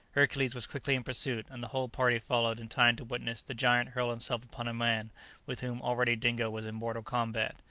hercules was quickly in pursuit, and the whole party followed in time to witness the giant hurl himself upon a man with whom already dingo was in mortal combat.